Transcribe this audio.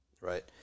right